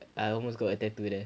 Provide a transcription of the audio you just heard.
I almost got a tattoo there